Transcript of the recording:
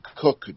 Cook